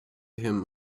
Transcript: him